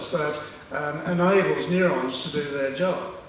that enables neurons to do their job.